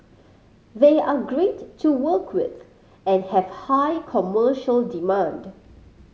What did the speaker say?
they are great to work with and have high commercial demand